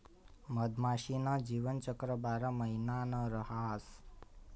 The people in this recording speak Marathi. मधमाशी न जीवनचक्र बारा महिना न रहास